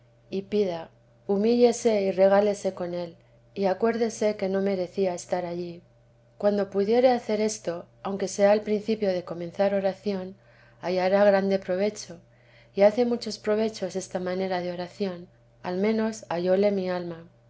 y pida humíllese y regálese con él y acuérdese que no merecía estar allí cuando pudiere hacer esto aunque sea al principio de comenzar oración hallará grande provecho y hace muchos provechos esta manera de oración al menos hallóle mi alma